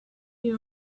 you